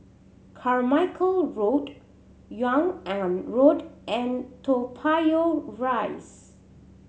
Carmichael Road Yung An Road and Toa Payoh Rise